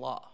law